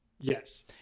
Yes